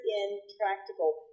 intractable